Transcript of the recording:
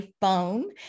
Phone